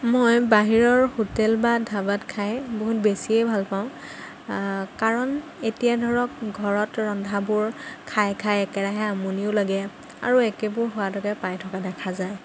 মই বাহিৰৰ হোটেল বা ধাবাত খাই বহুত বেছিয়ে ভাল পাওঁ কাৰণ এতিয়া ধৰক ঘৰত ৰন্ধাবোৰ খাই খাই একেৰাহে আমনিও লাগে আৰু একেবোৰ সোৱাদকে পাই থকা দেখা যায়